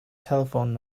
telephone